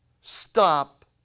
stop